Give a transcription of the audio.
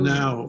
now